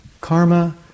Karma